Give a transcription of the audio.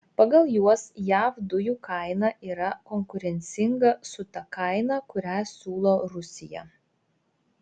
pagal juos jav dujų kaina yra konkurencinga su ta kaina kurią siūlo rusija